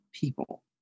people